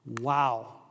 wow